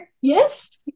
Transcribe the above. Yes